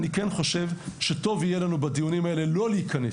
אני חושב שבדיונים האלה טוב יהיה לנו לא להיכנס